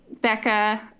becca